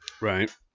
Right